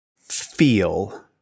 feel